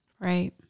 Right